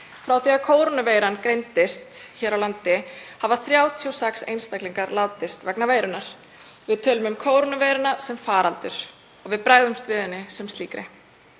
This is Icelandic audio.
Frá því að kórónuveiran greindist hér á landi hafa 36 einstaklingar látist vegna veirunnar. Við tölum um kórónuveiruna sem faraldur og við bregðumst við henni sem slíkri.